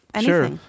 Sure